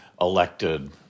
elected